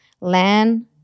Land